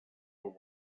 worms